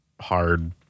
hard